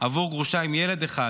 בעבור גרושה עם ילד אחד,